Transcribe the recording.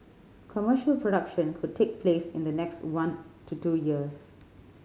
commercial production could take place in the next one to two years